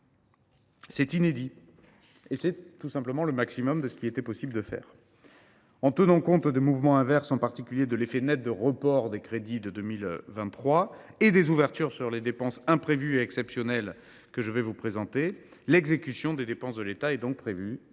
niveau inédit et au maximum de ce qu’il était possible de faire. En tenant compte de mouvements inverses, en particulier l’effet net des reports de crédits de 2023, et des ouvertures sur des dépenses imprévues et exceptionnelles que je vous présenterai, l’exécution des dépenses de l’État est prévue